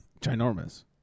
ginormous